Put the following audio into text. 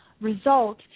result